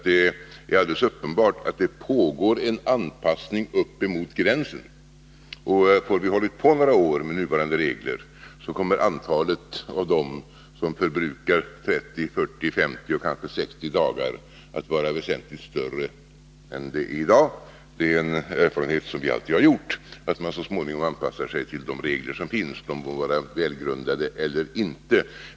Det är alldeles uppenbart att det pågår en anpassning upp emot 60-dagarsgränsen, och får vi hålla på några år med nuvarande regler kommer det antal som förbrukar 30, 40, 50 och kanske 60 dagar att vara väsentligt större än i dag. En erfarenhet som vi alltid har gjort är att man så småningom anpassar sig till de regler som finns, de må vara välgrundade eller inte.